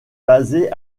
basé